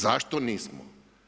Zašto nismo?